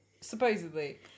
Supposedly